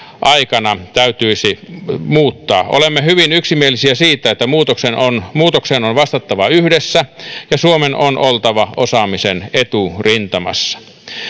aikana täytyisi muuttaa olemme hyvin yksimielisiä siitä että muutokseen on muutokseen on vastattava yhdessä ja suomen on oltava osaamisen eturintamassa